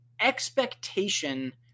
expectation